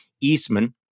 Eastman